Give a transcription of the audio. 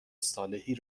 صالحی